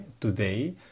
today